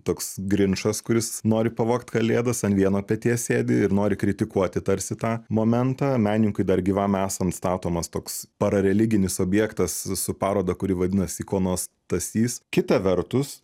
toks grinčas kuris nori pavogt kalėdas ant vieno peties sėdi ir nori kritikuoti tarsi tą momentą menininkui dar gyvam esant statomas toks parareliginis objektas su paroda kuri vadinasi ikonostasys kita vertus